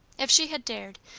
if she had dared,